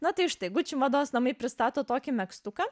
na tai štai guči mados namai pristato tokį megztuką